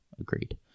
Agreed